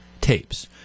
tapes